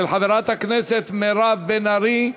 של חברת הכנסת מירב בן ארי,